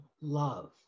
love